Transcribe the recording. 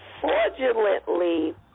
fraudulently